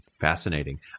Fascinating